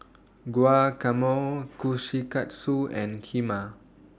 Guacamole Kushikatsu and Kheema